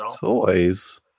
Toys